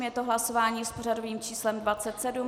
Je to hlasování s pořadovým číslem 27.